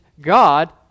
God